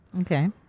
Okay